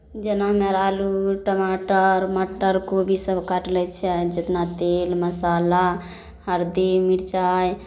जेना हमे अर आलू टमाटर मटर कोबी सभ काटि लै छियै जितना तेल मसाला हरदी मिर्चाइ